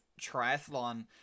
triathlon